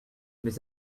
mais